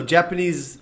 Japanese